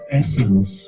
essence